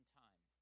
time